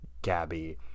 gabby